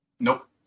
nope